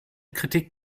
kritik